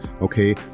okay